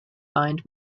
find